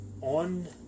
On